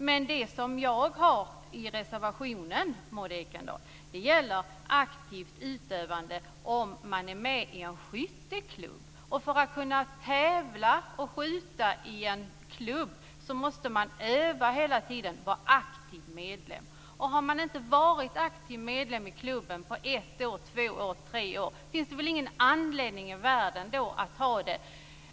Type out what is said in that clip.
Men det som jag har tagit upp i reservationen, Maud Ekendahl, gäller aktivt utövande om man är med i en skytteklubb. Och för att kunna skjuta och tävla i en klubb måste man hela tiden öva och vara aktiv medlem. Och om man inte har varit aktiv medlem i klubben på ett, två eller tre år finns det väl ingen anledning i världen att ha vapen.